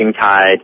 Tide